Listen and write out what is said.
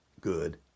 good